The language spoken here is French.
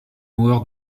noirs